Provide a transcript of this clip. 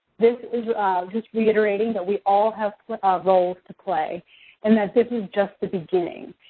this is just reiterating that we all have ah roles to play and that this is just the beginning.